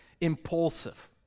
impulsive